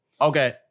Okay